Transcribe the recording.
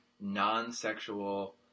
non-sexual